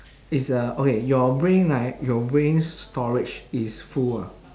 is uh okay your brain right your brain storage is full ah